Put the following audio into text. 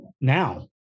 now